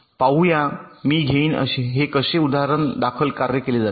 पाहूया मी घेईन हे कसे उदाहरणादाखल कार्य केले जाते